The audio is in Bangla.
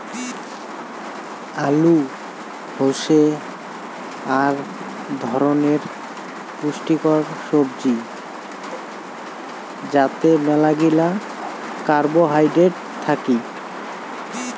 আলু হসে আক ধরণের পুষ্টিকর সবজি যাতে মেলাগিলা কার্বোহাইড্রেট থাকি